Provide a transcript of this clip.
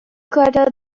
clutter